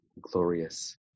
glorious